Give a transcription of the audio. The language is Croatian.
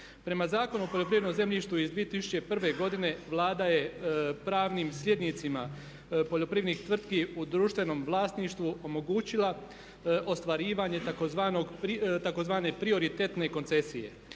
Prema Zakonu o poljoprivrednom zemljištu iz 2001. godine Vlada je pravnim slijednicima poljoprivrednih tvrtki u društvenom vlasništvu omogućila ostvarivanje tzv. prioritetne koncesije.